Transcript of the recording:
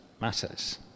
matters